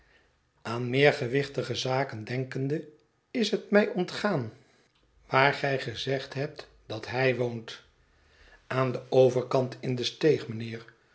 aan meer gewichtige zaken denkende is het mij ontgaan waar gij gezegd hebt dat hij woont aan den overkant in de steeg